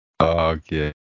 Okay